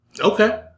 Okay